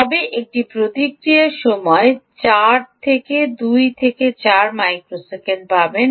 আপনি একটি প্রতিক্রিয়া সময়ের 8 থেকে 2 থেকে 8 মাইক্রোসেকেন্ড পাবেন